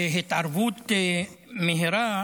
שהתערבות מהירה